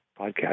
podcast